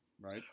Right